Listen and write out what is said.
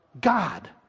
God